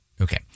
Okay